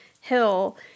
hill